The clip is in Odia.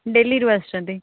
ଦିଲ୍ଲୀରୁ ଆସୁଛନ୍ତି